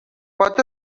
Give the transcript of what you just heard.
pot